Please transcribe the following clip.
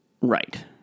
Right